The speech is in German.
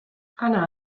anna